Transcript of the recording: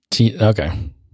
Okay